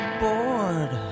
bored